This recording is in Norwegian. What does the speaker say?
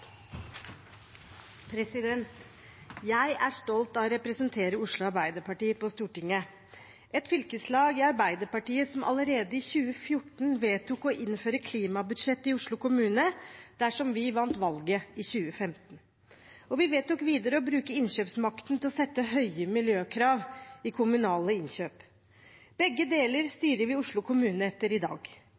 Jeg er stolt av å representere Oslo Arbeiderparti på Stortinget – et fylkeslag i Arbeiderpartiet som allerede i 2014 vedtok å innføre klimabudsjett i Oslo kommune dersom vi vant valget i 2015. Vi vedtok videre å bruke innkjøpsmakten til å sette høye miljøkrav i kommunale innkjøp. Begge deler styrer vi Oslo kommune etter i dag.